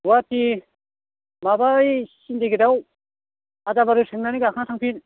गवाहाटि माबा ओय सिन्डिगेटाव आदाबारि सोंनानै गाखोना थांफिन